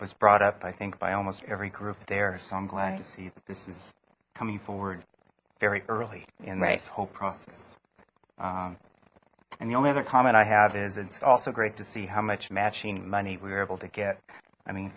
was brought up i think by almost every group there so i'm glad to see that this is coming forward very early in race whole process and the only other comment i have is it's also great to see how much matching money we were able to get i mean